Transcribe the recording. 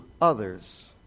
others